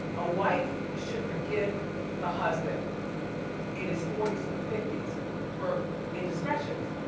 a wife should forgive a husband in his forty s or fifty s for indiscretions.